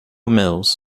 mills